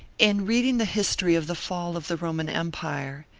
in reading the history of the fall of the roman empire,